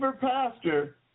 pastor